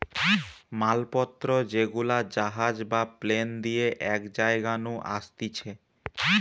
মাল পত্র যেগুলা জাহাজ বা প্লেন দিয়ে এক জায়গা নু আসতিছে